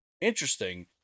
interesting